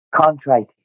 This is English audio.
contrite